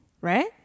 Right